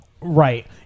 Right